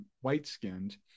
white-skinned